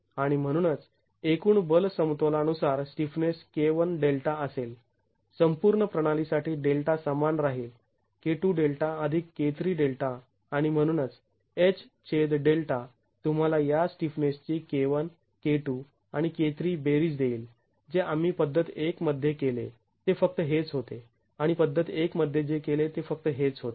आणि म्हणूनच एकूण बल समतोलानुसार स्टिफनेस K1Δ असेल संपूर्ण प्रणाली साठी Δ समान राहील K2Δ अधिक K3Δ आणि म्हणूनच H छेद Δ तुम्हाला या स्टिफनेसची K 1 K 2 आणि K 3 बेरीज देईल जे आम्ही पद्धत १ मध्ये केले ते फक्त हेच होते आणि पद्धत १ मध्ये जे केले ते फक्त हेच होते